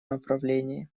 направлении